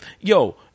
yo